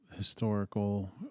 historical